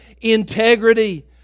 integrity